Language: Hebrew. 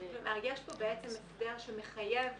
יש כאן הסדר שמחייב